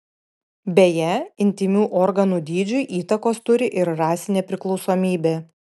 beje intymių organų dydžiui įtakos turi ir rasinė priklausomybė